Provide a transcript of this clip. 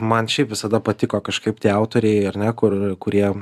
man šiaip visada patiko kažkaip tie autoriai ar ne kur kurie